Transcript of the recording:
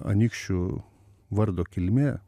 anykščių vardo kilmė